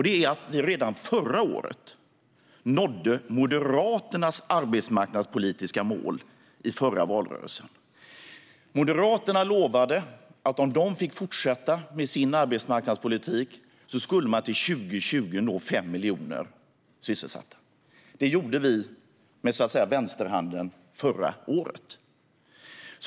Det är att vi redan förra året nådde Moderaternas arbetsmarknadspolitiska mål i förra valrörelsen. Moderaterna lovade att om de fick fortsätta med sin arbetsmarknadspolitik skulle man till år 2020 nå 5 miljoner sysselsatta. Det gjorde vi så att säga med vänsterhanden förra året.